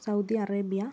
Saudi Arabia